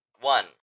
one